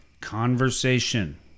conversation